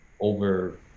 over